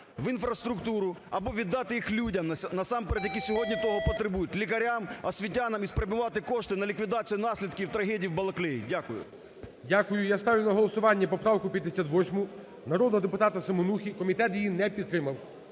в інфраструктуру або віддати їх людям, насамперед, які сьогодні того потребують, лікарям, освітянам і спрямувати кошти на ліквідацію наслідків трагедії в Балаклеї. Дякую. ГОЛОВУЮЧИЙ. Дякую. Я ставлю на голосування поправку 58 народного депутата Семенухи, комітет її не підтримав.